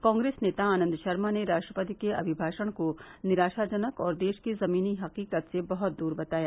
कांग्रेस नेता आनन्द शर्मा ने राष्ट्रपति के अभिभाषण को निराशाजनक और देश की जमीनी हकीकत से बहुत दूर बताया